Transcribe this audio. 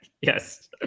Yes